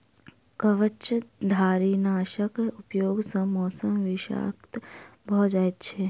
कवचधारीनाशक प्रयोग सॅ मौस विषाक्त भ जाइत छै